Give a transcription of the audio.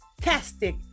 Fantastic